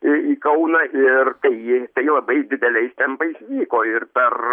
į į kauną ir tai ė tai labai dideliais tempais vyko ir per